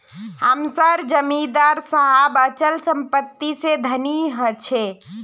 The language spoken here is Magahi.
हम सार जमीदार साहब अचल संपत्ति से धनी छे